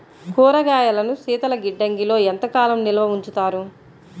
కూరగాయలను శీతలగిడ్డంగిలో ఎంత కాలం నిల్వ ఉంచుతారు?